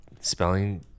spelling